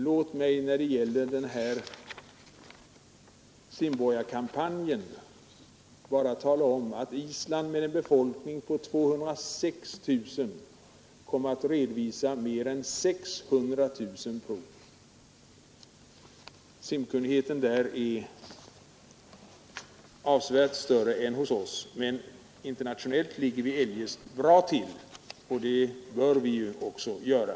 Låt mig när det gäller simborgarkampanjen bara tala om att Island med en befolkning på 206 000 människor kommer att redovisa mer än 600 000 prov. Simkunnigheten på Island är avsevärt större än hos oss, men internationellt ligger vi eljest bra till, och det bör vi också göra.